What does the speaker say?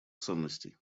ценностей